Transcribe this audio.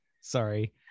Sorry